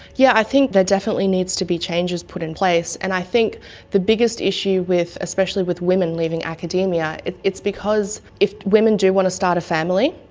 yeah i think there definitely needs to be changes put in place, and i think the biggest issue with especially with women leaving academia it it's because, if women do want to start a family,